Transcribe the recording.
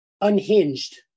unhinged